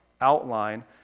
outline